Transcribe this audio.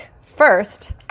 first